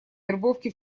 вербовки